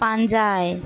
ᱯᱟᱸᱡᱟᱭ